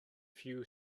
few